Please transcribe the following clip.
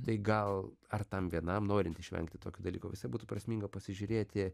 tai gal ar tam vienam norint išvengti tokių dalykų visa būtų prasminga pasižiūrėti